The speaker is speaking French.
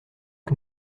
que